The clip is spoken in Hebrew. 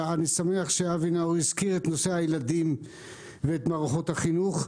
ואני שמח שאבי נאור הזכיר את נושא הילדים ואת מערכות החינוך.